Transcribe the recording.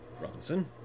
Robinson